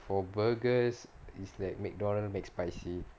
for burgers is like McDonald's McSpicy